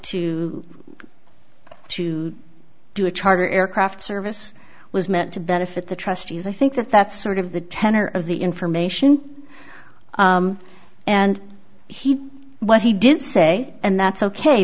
to do a charter aircraft service was meant to benefit the trustees i think that that sort of the tenor of the information and he what he didn't say and that's ok